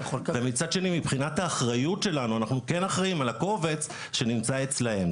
ומצד שני מבחינת האחריות שלנו אנחנו כן אחראים על הקובץ שנמצא אצלם.